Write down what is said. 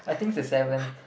I think it's the seventh